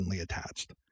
attached